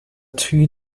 two